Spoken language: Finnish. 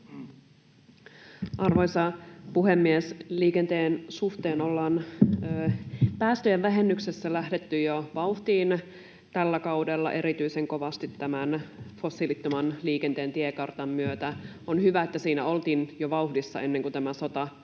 Arvoisa puhemies! Liikenteen suhteen ollaan päästöjen vähennyksessä lähdetty jo vauhtiin tällä kaudella, erityisen kovasti tämän fossiilittoman liikenteen tiekartan myötä. On hyvä, että siinä oltiin vauhdissa jo ennen kuin tämä sota tänä